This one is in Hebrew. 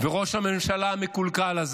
וראש הממשלה מקולקל הזה,